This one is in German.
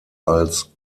als